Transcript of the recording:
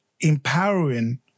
empowering